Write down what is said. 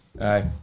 Aye